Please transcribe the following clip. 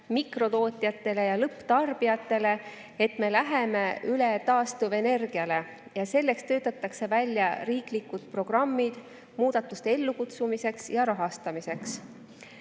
mikrotootjatele ja lõpptarbijatele, et me läheme üle taastuvenergiale ja töötatakse välja riiklikud programmid muudatuste ellukutsumiseks ja rahastamiseks. Rohepööre